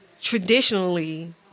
traditionally